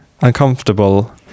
uncomfortable